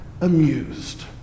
amused